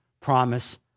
promise